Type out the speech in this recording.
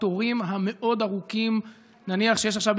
התורים המאוד-ארוכים שיש עכשיו,